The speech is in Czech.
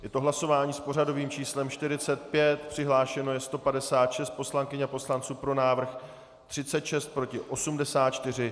Je to hlasování s pořadovým číslem 45, přihlášeno je 156 poslankyň a poslanců, pro návrh 36, proti 84.